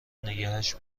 نگهش